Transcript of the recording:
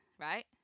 right